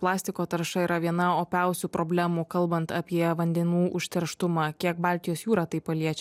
plastiko tarša yra viena opiausių problemų kalbant apie vandenų užterštumą kiek baltijos jūrą tai paliečia